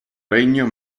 regno